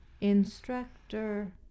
instructor